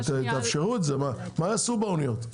תאפשרו את זה, מה יעשו באוניות?